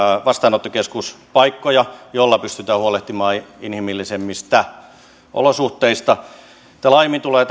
vastaanottokeskuspaikkoja joilla pystytään huolehtimaan inhimillisemmistä olosuhteista mitä tulee